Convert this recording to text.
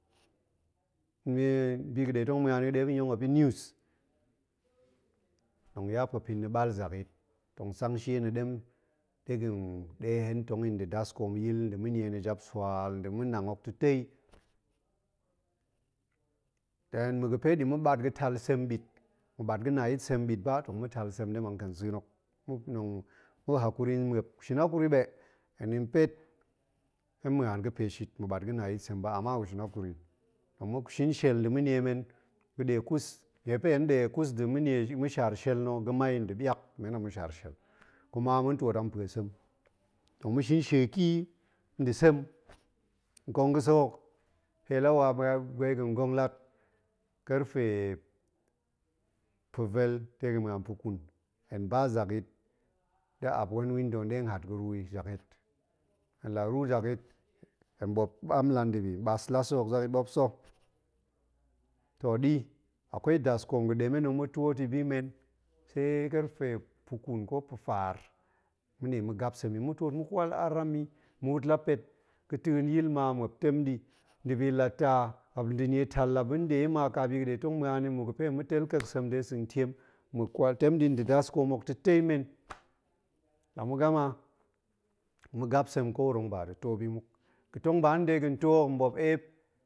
Nie bi ga̱ ɗe ma̱an ni ɗe muop yong muop yin news, tong ya puepin na̱ ɓal zakyit, tong sang shie na̱ ɗem de ga̱n, ɗe hen tong i nda̱ daskoom yil, nda̱ ma̱ nie na̱ japsual nda̱ ma̱ nang hok ta̱tei. ɗem ma̱ ga̱ pe ma̱ ɓat ga̱ tal sem nbit, ma̱ ɓat ga̱ na sem nɓit ba, tong ma̱ ɓat ga̱ na yit sem nɓit ba, tong ma̱ tal sem ɗem a nkensa̱n hok tong pa̱ hakuri muop, gu shin hakuri ɓe, hen ɗin pet ma̱an ga̱ pe shit, ma̱ ɓat ga̱ na yit sem ba ama gu shin hakuri. tong ma̱ shin shel nda̱ ma̱ niemen men ma̱ ɗe ƙus, nie fe hen ɗe ƙus nda̱ ma̱ nie, ma̱ shaar shel na̱ ga̱mai nda̱ ɓiak, men a ma̱ shaar shel, kuma ma̱n twoot an pue sem. tong ma̱ shin shekii nda̱ sem, ƙong ga̱ sek hok, pe la wa de ga̱ gong lat, karfe pa̱vel, de ga̱ ma̱an pa̱ƙun, hen ba zakyit da̱ ap gwen window na̱ ɗe nhat ga̱ ruu yi zakyit. hen la ruu zakyit, hen ɓom ɓam la ndibi, mas la sa̱ hok zakyit ɓop sa̱. to ɗi akwai daskoom ga̱ ɗe men tong ma̱ twoot i bi men se karfe pa̱ƙun ko pa̱faar, ma̱ ɗe ma̱ gap sem i. ma̱ twoot ma̱ kwal aram i, muut la pet ga̱ta̱n yil ma muop tem ɗi, ndibi la ta, nda̱ nie tal la ba̱ ɗe ma ƙa bi ga̱ ɗe ma̱an ni muk ga̱ pe ma̱ tel ƙek sem de sa̱n tiem ma̱ kwal, tem ɗi nda̱ daskoom hok ta̱tei men, la ma̱ gama, ma̱ gap sem, ko wuro tong ba da̱ to bi muk. ga̱ tong ba na̱ de nto hok, hen ɓuop ep